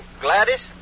Gladys